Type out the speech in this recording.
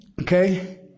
Okay